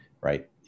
right